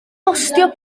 bostio